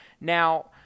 Now